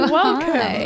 welcome